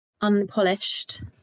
unpolished